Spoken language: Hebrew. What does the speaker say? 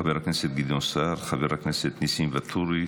חבר הכנסת גדעון סער, חבר הכנסת ניסים ואטורי,